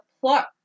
plot